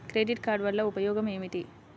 Credit card వల్ల ఉపయోగం ఏమిటీ?